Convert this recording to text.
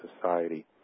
society